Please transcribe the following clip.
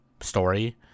story